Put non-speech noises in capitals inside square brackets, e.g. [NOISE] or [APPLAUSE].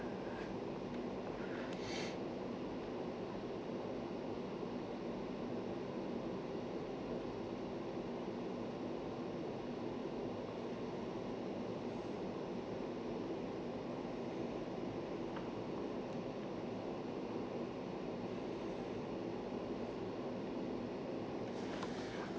[BREATH] [BREATH]